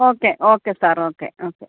okay okay sir okay okay